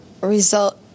result